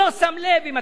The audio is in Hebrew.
הוא לא בודק את הדברים,